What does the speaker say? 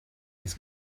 his